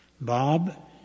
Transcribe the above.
Bob